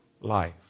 life